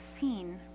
seen